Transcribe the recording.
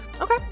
Okay